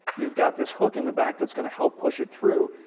you've got this hook in the back that's going to help push it through.